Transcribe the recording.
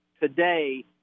today